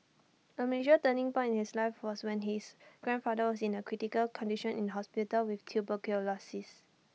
A major turning point in his life was when his grandfather was in A critical condition in hospital with tuberculosis